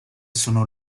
sono